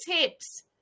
tips